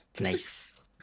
nice